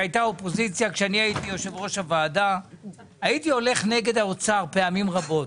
כשאני הייתי יושב-ראש הוועדה הייתי הולך נגד האוצר פעמים רבות.